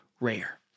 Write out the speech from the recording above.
rare